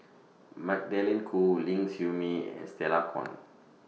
Magdalene Khoo Ling Siew May and Stella Kon